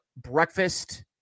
Breakfast